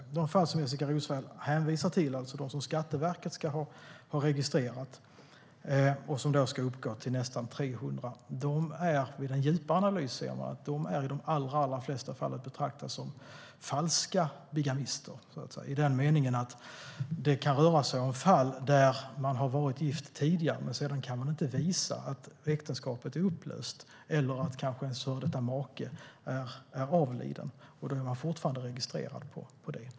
När det gäller de fall som Jessika Roswall hänvisade till, alltså de fall som Skatteverket ska ha registrerat och som ska uppgå till nästan 300, ser man vid en djupare analys att personerna i de allra flesta fall är att betrakta som falska bigamister. Det kan röra sig om fall där man har varit gift tidigare men där man inte kan visa att äktenskapet är upplöst eller att ens före detta make är avliden. Då är man fortfarande registrerad.